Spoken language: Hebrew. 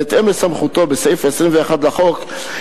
בהתאם לסמכותו בסעיף 21 לחוק,